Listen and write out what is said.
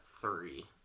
three